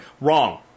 Wrong